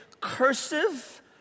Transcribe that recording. cursive